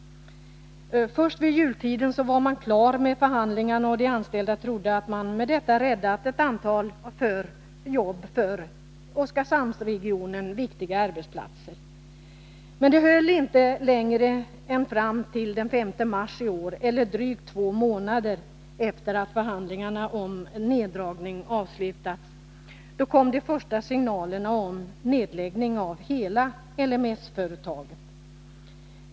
Först vid jultiden var man klar med förhandlingarna, och de anställda trodde att man med detta räddat ett antal för Oskarshamnsregionen viktiga arbetsplatser. Men det höll inte längre än fram till den 5 mars i år eller drygt två månader efter det att förhandlingarna om neddragningen avslutats. Då kom de första signalerna om nedläggning av hela L M E-företaget.